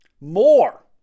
More